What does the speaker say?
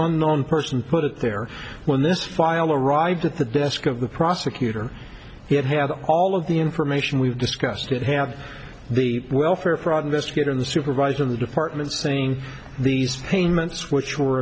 unknown person put it there when this file arrived at the desk of the prosecutor he had had all of the information we've discussed that have the welfare fraud investigator in the supervisor of the department saying these payments which were